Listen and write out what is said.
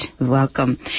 Welcome